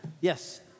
Yes